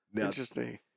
interesting